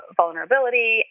vulnerability